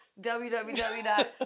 www